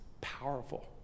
powerful